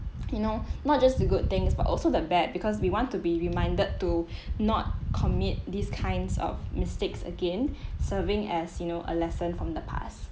you know not just the good things but also the bad because we want to be reminded to not commit these kinds of mistakes again serving as you know a lesson from the past